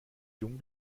jung